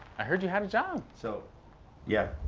i heard you had a job. so yeah,